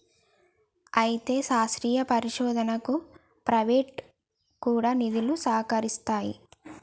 అయితే శాస్త్రీయ పరిశోధనకు ప్రైవేటు కూడా నిధులు సహకరిస్తాయి